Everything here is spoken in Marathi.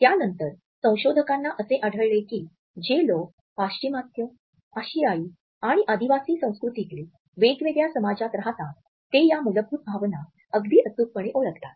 त्यानंतर संशोधकांना असे आढळले की जे लोक पाश्चिमात्य आशियाई आणि आदिवासी संस्कृतीतील वेगवेगळ्या समाजात राहतात ते या मूलभूत भावना अगदी अचूकपणे ओळखतात